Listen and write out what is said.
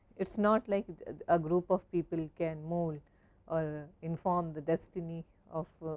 it is not like a group of people can mould or inform the destiny of